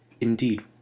Indeed